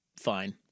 fine